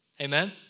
Amen